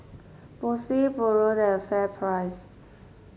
Bose Pureen and FairPrice